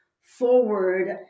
forward